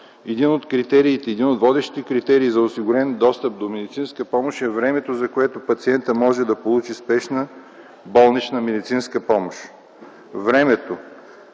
един от водещите критерии за осигурен достъп до медицинска помощ е времето, за което пациентът може да получи спешна болнична медицинска помощ.